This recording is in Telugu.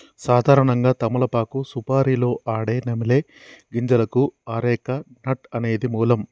సాధారణంగా తమలపాకు సుపారీలో ఆడే నమిలే గింజలకు అరెక నట్ అనేది మూలం